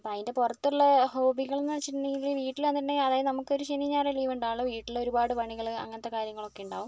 അപ്പോൾ അതിൻ്റെ പുറത്തുള്ള ഹോബികളെന്ന് വെച്ചിട്ടുണ്ടെങ്കില് വീട്ടിലാണ് എന്ന് ഉണ്ടെങ്കിൽ അതായത് നമുക്കൊരു ശനിയും ഞായറൂം ലീവുണ്ടാവുകയുള്ളു വീട്ടിലൊരുപാടു പണികള് അങ്ങനത്തെ കാര്യങ്ങളൊക്കെ ഉണ്ടാകും